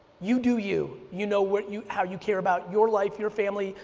you do you. you know what you how you care about your life, your family,